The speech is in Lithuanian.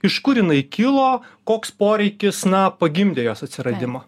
iš kur jinai kilo koks poreikis na pagimdė jos atsiradimą